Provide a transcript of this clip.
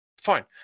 fine